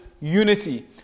unity